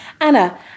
Anna